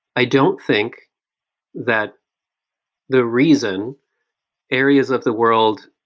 i don't think that the reason areas of the world,